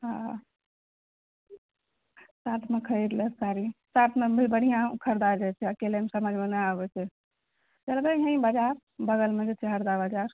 हँ साथ मे खरीद लेब साड़ी साथमे बढ़िऑं ख़रीदा जाइ छै अकेलेमे समझमे नहि आबै छै चलबै एहि बाजार बगल मे छै सहरसा बाजार